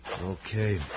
Okay